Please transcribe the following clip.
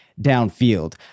downfield